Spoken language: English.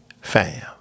fam